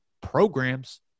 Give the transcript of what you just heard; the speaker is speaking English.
programs